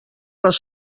les